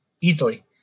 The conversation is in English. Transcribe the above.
easily